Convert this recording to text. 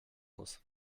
muss